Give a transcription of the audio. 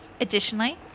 additionally